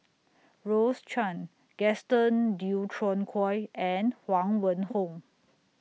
Rose Chan Gaston Dutronquoy and Huang Wenhong